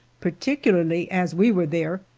particularly as we were there,